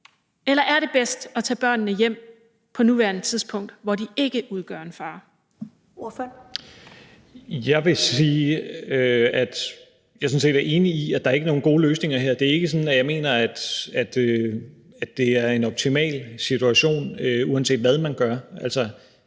Ellemann): Ordføreren. Kl. 22:17 Rasmus Stoklund (S): Jeg vil sige, at jeg sådan set er enig i, at der ikke er nogen gode løsninger her. Det er ikke sådan, at jeg mener, at det er en optimal situation, uanset hvad man gør.